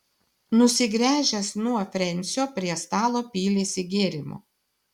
nusigręžęs nuo frensio prie stalo pylėsi gėrimo